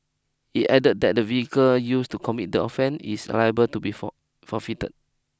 it added that the vehicle used to commit the offence is liable to be for forfeited